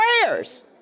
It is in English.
prayers